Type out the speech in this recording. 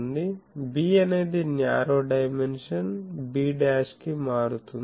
b అనేది narrow dimensions b' కి మారుతుంది